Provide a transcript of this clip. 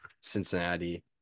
Cincinnati